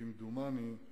כמדומני,